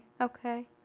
okay